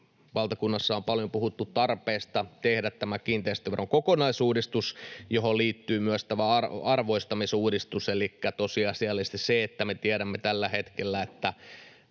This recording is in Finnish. valtakunnassa on paljon puhuttu tarpeesta tehdä tämä kiinteistöveron kokonaisuudistus, johon liittyy myös tämä arvostamisuudistus. Elikkä tosiasiallisesti tiedämme tällä hetkellä, että